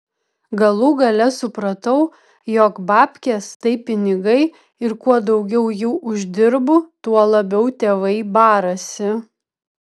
galų gale supratau jog babkės tai pinigai ir kuo daugiau jų uždirbu tuo labiau tėvai barasi